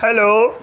hello